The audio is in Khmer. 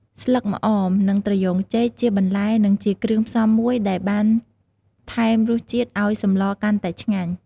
ស្លឹកម្អម និងត្រយ៉ូងចេកជាបន្លែនិងជាគ្រឿងផ្សំមួយដែលបានថែមរសជាតិឲ្យសម្លកាន់តែឆ្ងាញ់។